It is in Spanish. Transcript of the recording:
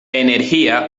energía